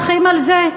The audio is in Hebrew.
הולכים על זה.